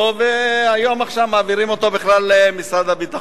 ועכשיו מעבירים אותו בכלל למשרד הביטחון.